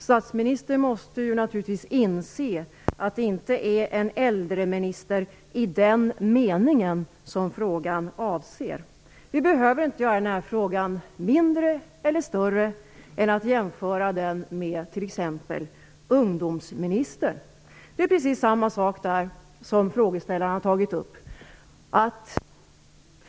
Statsministern måste naturligtvis inse att det inte är en äldreminister "i den meningen" som frågan avser. Vi behöver inte göra den här frågan vare sig större eller mindre än frågan om t.ex. en ungdomsminister. Det är precis samma sak i det fallet som med det som frågeställaren har tagit upp.